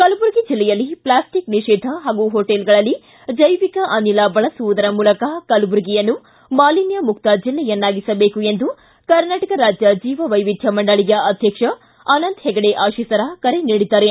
ಕಲಬುರಗಿ ಜಿಲ್ಲೆಯಲ್ಲಿ ಪ್ಲಾಸ್ಟಿಕ್ ನಿಷೇಧ ಹಾಗೂ ಹೋಟೆಲ್ಗಳಲ್ಲಿ ಜೈವಿಕ ಅನಿಲ ಬಳಸುವುದರ ಮೂಲಕ ಕಲಬುರಗಿಯನ್ನು ಮಾಲಿನ್ಯ ಮುಕ್ತ ಜಿಲ್ಲೆಯನ್ನಾಗಿಸಬೇಕು ಎಂದು ಕರ್ನಾಟಕ ರಾಜ್ಯ ಜೀವ ವೈವಿಧ್ಯ ಮಂಡಳಿಯ ಅಧ್ಯಕ್ಷ ಅನಂತ ಹೆಗಡೆ ಆಶೀಸರ ಕರೆ ನೀಡಿದ್ದಾರೆ